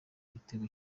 igitego